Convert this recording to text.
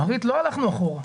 ב-ריט לא הלכנו אחורה.